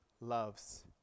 loves